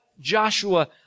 Joshua